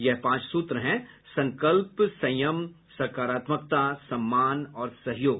यह पांच सूत्र हैं संकल्प संयम सकारात्मकता सम्मान और सहयोग